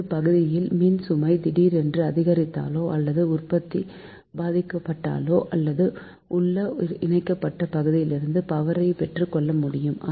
ஒரு பகுதியில் மின்சுமை திடீரென்று அதிகரித்தாலோ அல்லது உற்பத்தி பாதிக்கப்பட்டாலோ அருகே உள்ள இணைக்கப்பட்ட பகுதிகளிலிருந்து பவரை பெற்றுக்கொள்ள முடியும்